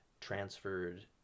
transferred